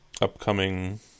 upcoming